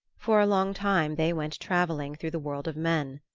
for a long time they went traveling through the world of men.